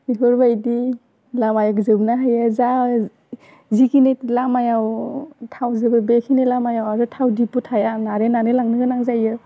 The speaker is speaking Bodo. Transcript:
बेफोरबायदि जाबाय जोबनानै होयो जा जेखिनि लामायाव थाव जोबो बेखिनि लामायावबो थाव दिफु थाया नारै नारै लांनो गोनां जायो